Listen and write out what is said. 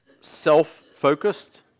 self-focused